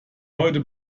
heute